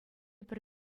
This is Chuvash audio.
пӗр